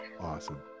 Awesome